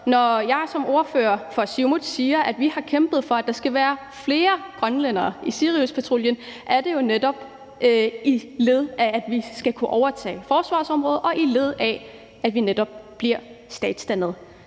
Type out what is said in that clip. når jeg som ordfører for Siumut siger, at vi har kæmpet for, at der skal være flere grønlændere i Siriuspatruljen, er det jo netop som led i, at vi skal kunne overtage forsvarsområdet, og led i, at vi netop bliver statsdannet.